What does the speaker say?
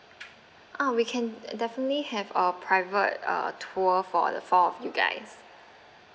ah we can definitely have a private uh tour for the four of you guys